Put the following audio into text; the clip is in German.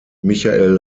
michael